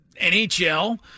nhl